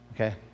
Okay